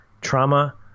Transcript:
trauma